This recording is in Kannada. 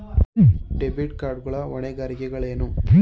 ಡೆಬಿಟ್ ಕಾರ್ಡ್ ಗಳ ಹೊಣೆಗಾರಿಕೆಗಳೇನು?